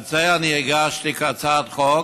על זה הגשתי הצעת חוק,